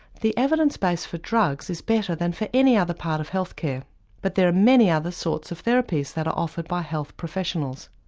the evidence base for drugs is better than for any other part of health care but there are many other sorts of therapies that are offered by health professionals.